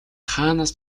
хаанаас